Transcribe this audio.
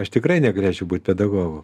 aš tikrai negalėčiau būt pedagogu